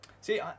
See